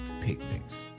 picnics